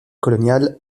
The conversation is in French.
coloniale